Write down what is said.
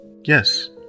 Yes